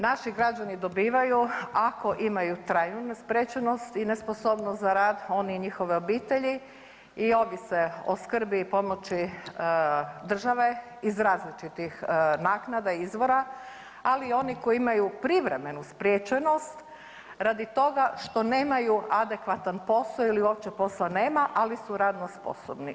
Naši građani dobivaju ako imaju trajnu spriječenost i nesposobnost za rad oni i njihove obitelji i ovise o skrbi i pomoći države iz različitih naknada izvora, ali oni koji imaju privremenu spriječenost radi toga što nemaju adekvatan posao ili uopće posla nema, ali su radno sposobni.